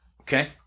Okay